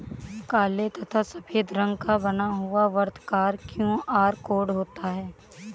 काले तथा सफेद रंग का बना हुआ वर्ताकार क्यू.आर कोड होता है